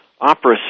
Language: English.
opera